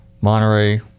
Monterey